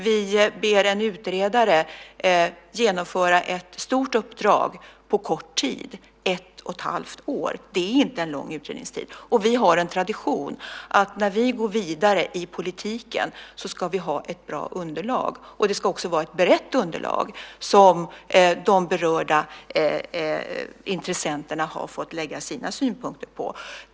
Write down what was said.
Vi ber en utredare genomföra ett stort uppdrag på kort tid, ett och ett halvt år. Det är inte en lång utredningstid. Och vi har traditionen att när vi går vidare i politiken ska vi ha ett bra underlag. Det ska också vara ett brett underlag som de berörda intressenterna har fått lägga sina synpunkter på.